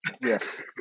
Yes